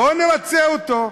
בואו נרצה אותו.